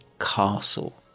castle